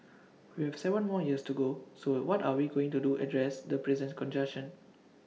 we have Seven more years to go so what are we doing to address the presence congestion